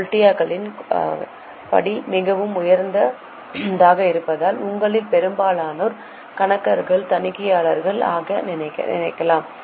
கௌடில்யாவின் கொள்கைகளின்படி மிக உயர்ந்ததாக இருப்பதால் உங்களில் பெரும்பாலோர் கணக்காளர்கள் தணிக்கையாளர்கள் ஆக நினைக்கலாம்